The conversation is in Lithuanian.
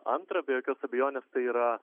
antrą be jokios abejonės tai yra